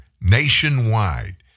nationwide